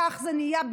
כך זה נהיה,